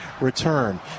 return